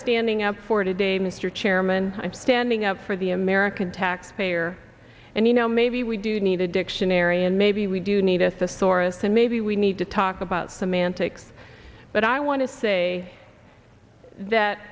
standing up for today mr chairman i'm standing up for the american taxpayer and you know maybe we do need a dictionary and maybe we do need us to sorest maybe we need to talk about semantics but i want to say that